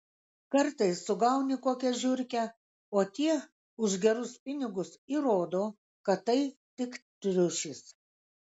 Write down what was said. kartais sugauni kokią žiurkę o tie už gerus pinigus įrodo kad tai tik triušis